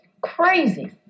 Crazy